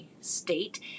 state